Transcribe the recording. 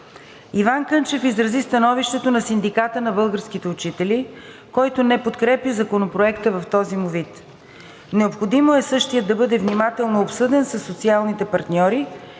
Иван Кънчев изрази становището на Синдиката на българските учители, който не подкрепя Законопроекта в този му вид. Необходимо е същият да бъде внимателно обсъден със социалните партньори